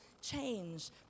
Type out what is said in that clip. change